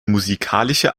musikalische